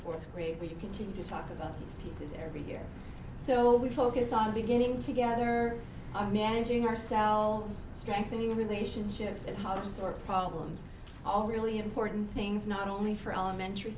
fourth grade we continue to talk about these pieces every year so we focus on beginning to get there managing our selves strengthening relationships and how to sort problems all the really important things not only for elementary